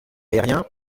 aériens